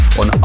on